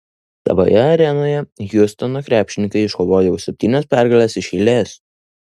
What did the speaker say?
savoje arenoje hjustono krepšininkai iškovojo jau septynias pergales iš eilės